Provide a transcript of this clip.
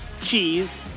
cheese